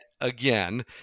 again